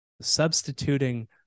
substituting